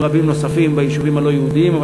נוספים רבים ביישובים לא-יהודיים.